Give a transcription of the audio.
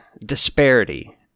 disparity